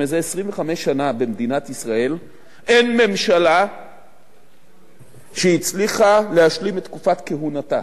זה 25 שנה במדינת ישראל אין ממשלה שהצליחה להשלים את תקופת כהונתה,